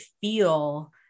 feel